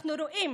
אנחנו רואים